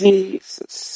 Jesus